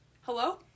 Hello